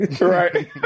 right